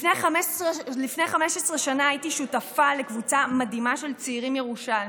לפני 15 שנה הייתי שותפה לקבוצה מדהימה של צעירים ירושלמים.